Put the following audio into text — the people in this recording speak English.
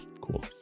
Cool